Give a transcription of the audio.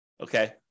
okay